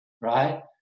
Right